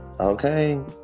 Okay